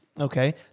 Okay